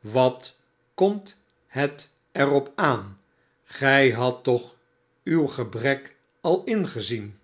wat komt het er op aan gij hadt toch uw gebrek al ingezien